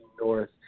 North